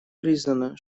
признано